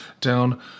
down